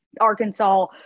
Arkansas